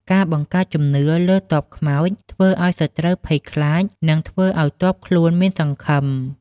ការបង្កើតជំនឿលើ «ទ័ពខ្មោច» ធ្វើឱ្យសត្រូវភ័យខ្លាច និងធ្វើឱ្យទ័ពខ្លួនមានសង្ឃឹម។